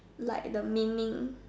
like the meaning